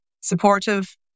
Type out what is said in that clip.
supportive